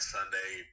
Sunday